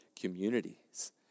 communities